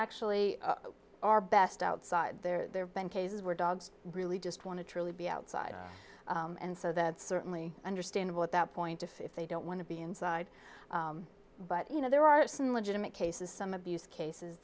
actually are best outside there been cases where dogs really just want to truly be outside and so that's certainly understandable at that point if they don't want to be inside but you know there are some legitimate cases some abuse cases